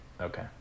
Okay